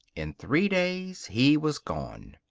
in three days he was gone.